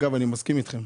אגב, אני מסכים איתכם.